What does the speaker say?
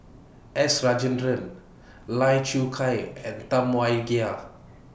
S Rajendran Lai Choo Chai and Tam Wai Jia